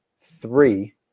three